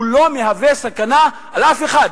הוא לא מהווה סכנה ואיום על אף אחד,